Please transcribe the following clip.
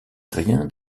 rien